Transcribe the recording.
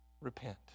Repent